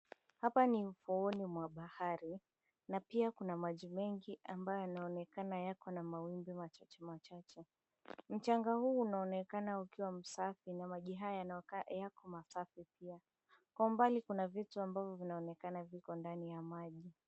Hapa ni ufuoni mwa bahari na pia kuna maji mengi ambayo yanaonekana yako na mawimbi machache machache. Mchanga huu unaonekana ukiwa msafi na maji haya yanakaa yako masafi pia. Kwa umbali kuna vitu ambavyo vinaonekana viko ndani ya maji.